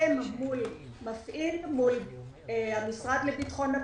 ומתאם מול המפעיל, מול המשרד לביטחון פנים,